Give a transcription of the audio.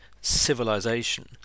civilization